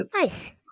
nice